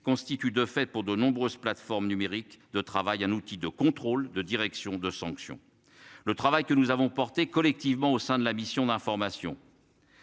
constitue de fait pour de nombreuses plateformes numériques de travail, un outil de contrôle de direction de sanctions le travail que nous avons porté collectivement au sein de la mission d'information.